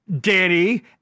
Danny